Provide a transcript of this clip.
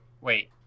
Wait